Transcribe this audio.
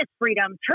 freedom